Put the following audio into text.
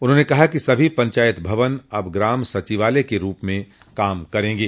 उन्होंने कहा कि सभी पंचायत भवन अब ग्राम सचिवालय के रूप में काम करेंगे